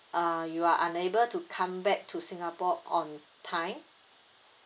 uh you are unable to come back to singapore on time